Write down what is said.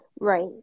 right